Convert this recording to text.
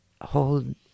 Hold